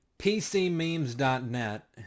PCMemes.net